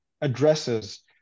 addresses